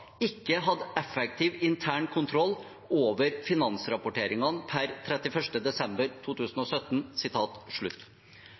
hadde effektiv intern kontroll over finansrapporteringen per 31. desember